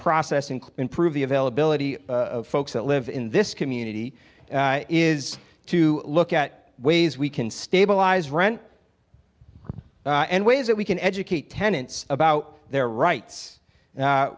process and improve the availability of folks that live in this community is to look at ways we can stabilize rent and ways that we can educate tenants about their rights